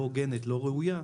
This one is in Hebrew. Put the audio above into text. לא הוגנת ולא ראויה,